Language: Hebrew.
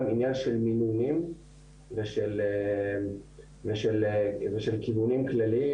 עניין של מינונים ושל כיוונים כלליים.